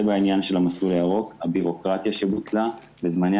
זה בעניין המסלול הירוק הבירוקרטיה שבוטלה וזמני